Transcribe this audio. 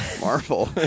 Marvel